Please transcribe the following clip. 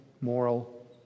moral